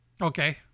okay